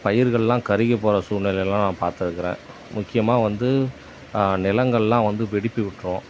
பயிர்களெலாம் கருகிப் போகிற சூழ்நிலையெல்லாம் நான் பார்த்துருக்குறேன் முக்கியமாக வந்து நிலங்களெலாம் வந்து வெடிப்பு விட்டுரும்